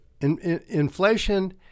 Inflation